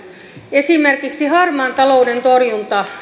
esimerkiksi harmaan talouden torjunta